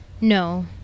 No